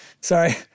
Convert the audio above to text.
Sorry